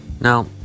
Now